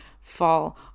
fall